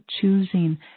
choosing